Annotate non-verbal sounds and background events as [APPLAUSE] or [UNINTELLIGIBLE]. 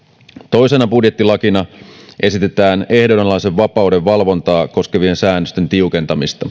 toisena budjettilakina esitetään ehdonalaisen vapauden valvontaa koskevien säännösten tiukentamista [UNINTELLIGIBLE]